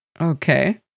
Okay